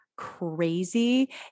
Crazy